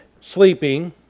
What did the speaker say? sleeping